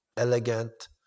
elegant